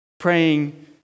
Praying